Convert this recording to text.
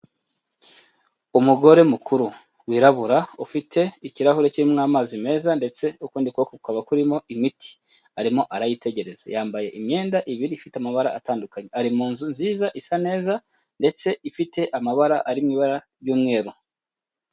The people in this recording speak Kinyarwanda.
Umugore mukuru wirabura ufite ikirahure kirimo amazi meza, ndetse ukundi kuboko kukaba kuririmo imiti, arimo arayitegereza yambaye imyenda ibiri ifite amabara atandukanye, ari mu nzu nziza isa neza ndetse ifite amabara ari mu ibara ry'umweru.